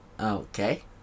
okay